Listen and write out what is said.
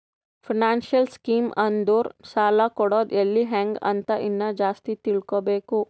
financial scheme ಅಂದುರ್ ಸಾಲ ಕೊಡದ್ ಎಲ್ಲಿ ಹ್ಯಾಂಗ್ ಅಂತ ಇನ್ನಾ ಜಾಸ್ತಿ ತಿಳ್ಕೋಬೇಕು